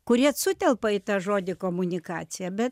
kurie sutelpa į tą žodį komunikacija bet